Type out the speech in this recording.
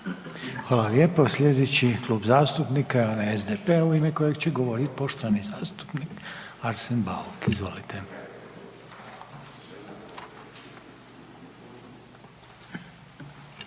Hvala lijepo. Sljedeći klub zastupnika je onaj SDP-a u ime kojeg će govoriti poštovani zastupnik Arsen Bauk. Izvolite.